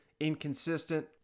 inconsistent